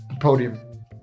podium